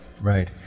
Right